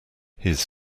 his